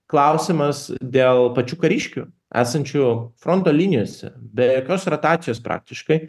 klausimas dėl pačių kariškių esančių fronto linijose be jokios rotacijos praktiškai